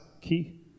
key